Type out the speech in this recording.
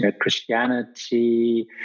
Christianity